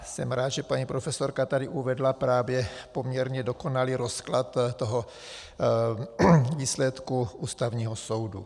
Jsem rád, že paní profesorka tady uvedla právě poměrně dokonalý rozklad toho výsledku Ústavního soudu.